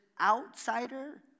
outsider